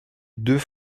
deux